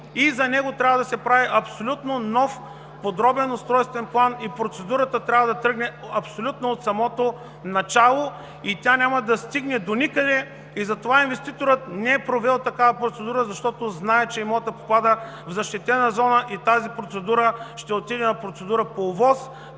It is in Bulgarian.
За него трябва да се прави абсолютно нов подробен устройствен план. Процедурата трябва да тръгне абсолютно от самото начало и тя няма да стигне доникъде. Затова инвеститорът не е провел такава процедура, защото знае, че имотът попада в защитена зона и тази процедура ще отиде на процедура по ОВОС.